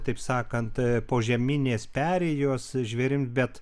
taip sakant požeminės perėjos žvėrim bet